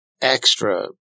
extra